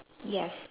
yes